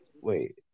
Wait